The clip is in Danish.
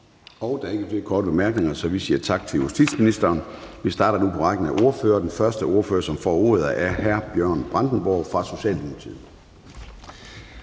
Der er ikke flere korte bemærkninger, så vi siger tak til justitsministeren. Vi starter nu på rækken af ordførere, og den første, der får ordet, er hr. Bjørn Brandenborg fra Socialdemokratiet.